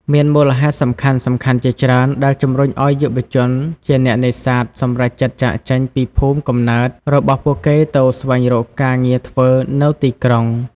មានមូលហេតុសំខាន់ៗជាច្រើនដែលជំរុញឲ្យយុវជនជាអ្នកនេសាទសម្រេចចិត្តចាកចេញពីភូមិកំណើតរបស់ពួកគេទៅស្វែងរកការងារធ្វើនៅទីក្រុង។